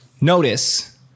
notice